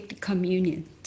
communion